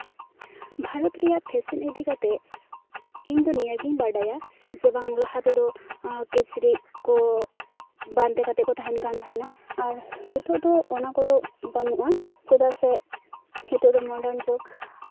ᱵᱷᱟᱨᱚᱛ ᱨᱮᱭᱟᱜ ᱯᱷᱮᱥᱮᱱ ᱤᱫᱤ ᱠᱟᱛᱮᱜ ᱤᱧᱫᱚ ᱱᱤᱭᱟᱹᱜᱤᱧ ᱵᱟᱰᱟᱭᱟ ᱡᱮ ᱵᱟᱝ ᱞᱟᱦᱟ ᱛᱮᱫᱚ ᱠᱤᱪᱨᱤᱪ ᱠᱚ ᱵᱟᱸᱫᱮ ᱠᱟᱛᱮᱜ ᱠᱚ ᱛᱟᱦᱮᱱ ᱠᱟᱱ ᱛᱟᱦᱮᱱᱟ ᱟᱨ ᱱᱤᱛᱚᱜ ᱫᱚ ᱚᱱᱟ ᱠᱚᱫᱚ ᱵᱟᱹᱱᱩᱜᱼᱟ ᱪᱮᱫᱟᱜ ᱥᱮ ᱱᱤᱛᱚᱜ ᱫᱚ ᱢᱚᱰᱟᱨᱱ ᱡᱩᱜᱽ